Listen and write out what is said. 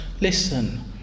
listen